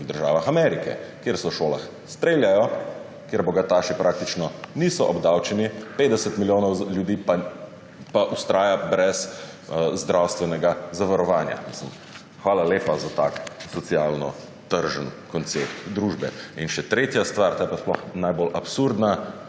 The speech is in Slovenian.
državah Amerike, kjer se v šolah streljajo, kjer bogataši praktično niso obdavčeni, 50 milijonov ljudi pa vztraja brez zdravstvenega zavarovanja. Hvala lepa za tak socialno tržni koncept družbe. In še tretja stvar, ta je pa sploh najbolj absurdna